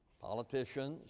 Politicians